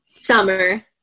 Summer